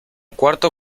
cuarto